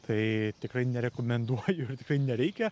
tai tikrai nerekomenduoju tikrai nereikia